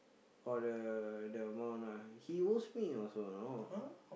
oh the the amount ah he owes me also know